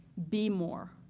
be more.